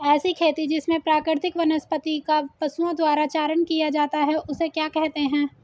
ऐसी खेती जिसमें प्राकृतिक वनस्पति का पशुओं द्वारा चारण किया जाता है उसे क्या कहते हैं?